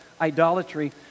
idolatry